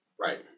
Right